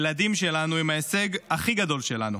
הילדים שלנו הם ההישג הכי גדול שלנו.